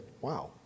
wow